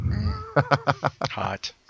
Hot